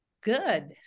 good